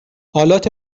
آلات